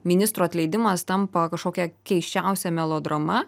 ministro atleidimas tampa kažkokia keisčiausia melodrama